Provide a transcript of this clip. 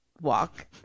walk